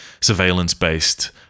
surveillance-based